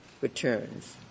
returns